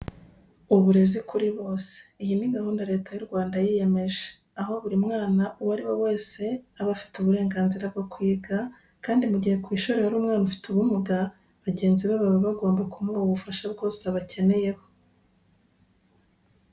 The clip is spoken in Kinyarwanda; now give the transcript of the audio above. Uburezi kuri bose. Iyi ni gahunda Leta y'u Rwanda yiyemeje, aho buri mwana uwo ari we wese aba afite uburenganzira bwo kwiga, kandi mu gihe ku ishuri hari umwana ufite ubumuga, bagenzi be baba bagomba kumuha ubufasha bwose abakeneyeho.